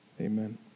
Amen